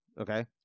Okay